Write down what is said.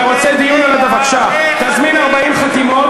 אתה רוצה דיון, בבקשה, תזמין 40 חתימות,